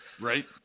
Right